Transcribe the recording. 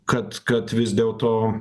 kad kad vis dėlto